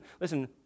Listen